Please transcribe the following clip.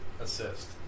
assist